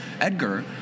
Edgar